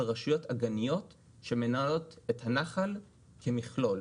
לרשויות אגניות שמנהלות את הנחל כמכלול,